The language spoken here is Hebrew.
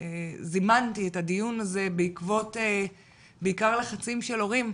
זימנתי את הדיון הזה בעיקר בעקבות לחצים של הורים,